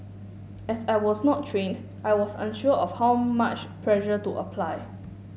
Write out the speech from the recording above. as I was not trained I was unsure of how much pressure to apply